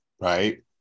right